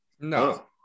No